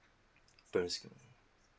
per student